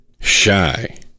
Shy